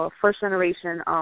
first-generation